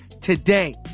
today